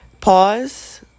pause